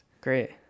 Great